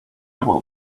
will